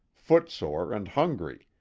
foot-sore and hungry.